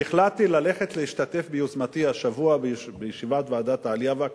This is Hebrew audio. אני החלטתי ללכת להשתתף ביוזמתי השבוע בישיבת ועדת העלייה והקליטה,